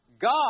God